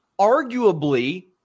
arguably